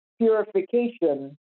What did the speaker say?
purification